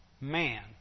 man